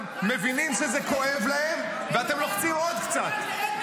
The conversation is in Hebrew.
מבינים שזה כואב להם ואתם לוחצים עוד קצת,